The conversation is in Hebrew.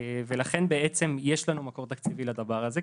ולכן בעצם יש לנו מקור תקציבי לדבר הזה,